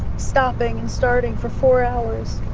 stopping and starting for four hours